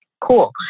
Cool